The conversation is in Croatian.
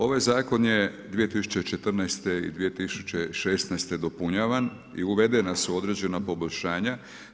Ovaj zakon je 2014. i 2016. dopunjavan i uvedena su određena poboljšanja.